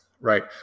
Right